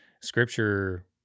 Scripture